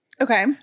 Okay